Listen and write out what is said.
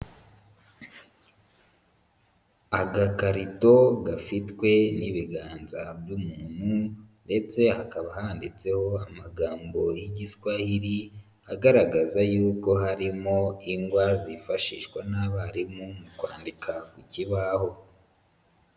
Agakarito gafitwe n'ibiganza by'umuntu ndetse hakaba handitseho amagambo y'Igiswahili agaragaza y'uko harimo ingwa zifashishwa n'abarimu mu kwandika ku kibaho.